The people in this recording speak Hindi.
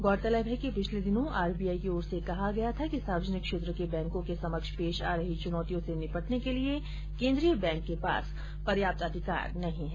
गौरतलब है कि पिछले दिनों आरबीआई की ओर से कहा गया था कि सार्वजनिक क्षेत्र के बैंको के समक्ष पेश आ रही चुनौतियों से निपटने के लिए केन्द्रीय बैंक के पास पर्याप्त अधिकार नहीं है